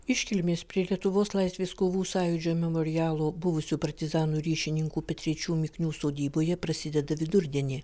iškilmės prie lietuvos laisvės kovų sąjūdžio memorialo buvusių partizanų ryšininkų petrėčių miknių sodyboje prasideda vidurdienį